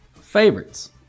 favorites